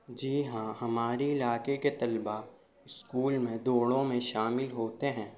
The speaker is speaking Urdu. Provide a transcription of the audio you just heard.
جی ہاں ہماری علاقے کے طلبہ اسکول میں دوڑوں میں شامل ہوتے ہیں